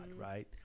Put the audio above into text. right